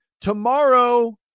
tomorrow